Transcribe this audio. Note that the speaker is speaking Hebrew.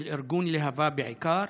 של ארגון להב"ה בעיקר.